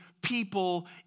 people